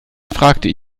fragte